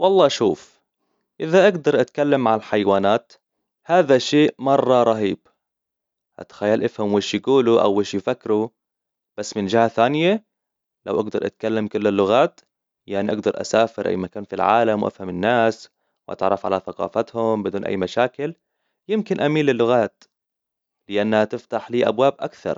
والله شوف إذا أقدر أتكلم عن الحيوانات هذا شيء مرة رهيب أتخيل افهم وش يقولوا أو وش يفكروا بس من جهة ثانية لو أقدر أتكلم كل اللغات يعني أقدر أسافر أي مكان في العالم وأفهم الناس وأتعرف على ثقافتهم بدون أي مشاكل يمكن أميل اللغات لأنها تفتح لي أبواب أكثر